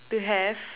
to have